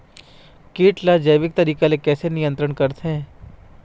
कीट ला जैविक तरीका से कैसे नियंत्रण करथे?